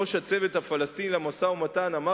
ראש הצוות הפלסטיני למשא-ומתן אמר